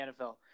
NFL